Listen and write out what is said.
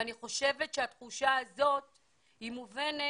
אני חושבת שהתחושה הזאת מובנת